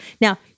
Now